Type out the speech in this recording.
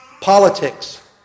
Politics